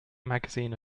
magazine